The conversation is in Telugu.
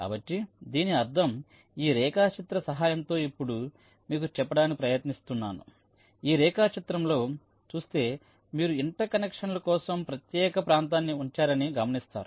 కాబట్టి దీని అర్థం ఈ రేఖాచిత్రం సహాయంతో ఇప్పుడు మీకు చెప్పడానికి ప్రయత్నిస్తానుఈ రేఖాచిత్రంలో చూస్తే మీరు ఇంటర్ కనెక్షన్ల కోసం ప్రత్యేక ప్రాంతాన్ని ఉంచారని గమనిస్తారు